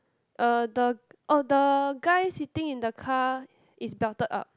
uh the oh the guy sitting in the car is belted up